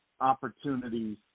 opportunities